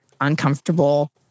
uncomfortable